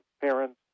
parents